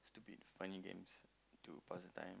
stupid funny games to pass the time